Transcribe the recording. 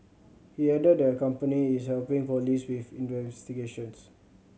he added their company is helping police with